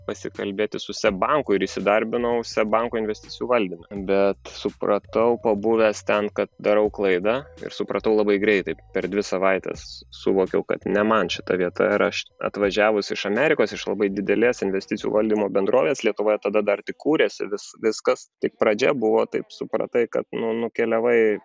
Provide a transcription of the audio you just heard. pasikalbėti su seb banku ir įsidarbinau seb banko investicijų valdyme bet supratau pabuvęs ten kad darau klaidą ir supratau labai greitai per dvi savaites suvokiau kad ne man šita vieta ir aš atvažiavus iš amerikos iš labai didelės investicijų valdymo bendrovės lietuvoje tada dar tik kūrėsi vis viskas tik pradžia buvo taip supratai kad nu nukeliavai